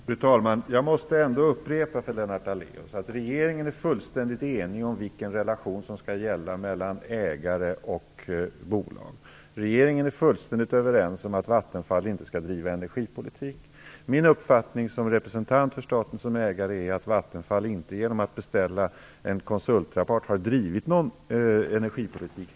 Fru talman! Jag måste upprepa för Lennart Daléus att vi i regeringen är fullständigt eniga om vilken relation som skall gälla mellan ägare och bolag. Vi är fullständigt överens om att Vattenfall inte skall driva energipolitik. Min uppfattning som representant för staten som ägare är att Vattenfall genom att beställa en konsultrapport inte har drivit energipolitik.